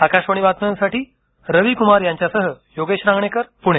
आकाशवाणी बातम्यांसाठी रवि कुमार यांच्यासह योगेश रांगणेकर पुणे